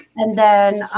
and then